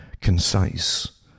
concise